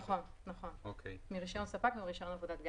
נכון, מרישיון ספק ומרישיון עבודת גז.